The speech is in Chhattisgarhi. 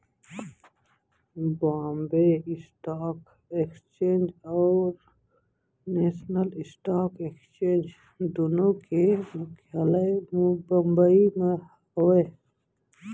बॉम्बे स्टॉक एक्सचेंज और नेसनल स्टॉक एक्सचेंज दुनो के मुख्यालय बंबई म हावय